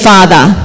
Father